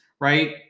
right